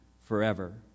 forever